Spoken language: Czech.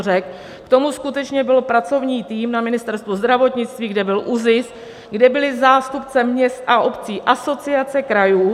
K tomu skutečně byl pracovní tým na Ministerstvu zdravotnictví, kde byl ÚZIS, kde byli zástupci měst a obcí, Asociace krajů.